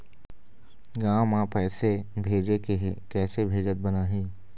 गांव म पैसे भेजेके हे, किसे भेजत बनाहि?